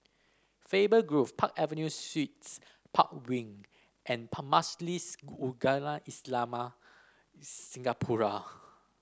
Faber Grove Park Avenue Suites Park Wing and Majlis Ugama Islam Singapura